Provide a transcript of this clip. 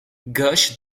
gush